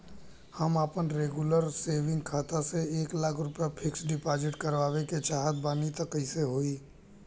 हम आपन regular saving खाता से एक लाख रुपया फिक्स डिपॉज़िट करवावे के चाहत बानी त कैसे होई?